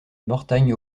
mortagne